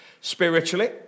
spiritually